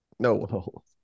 No